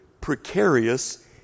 precarious